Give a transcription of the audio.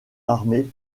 armé